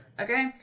Okay